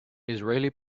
israeli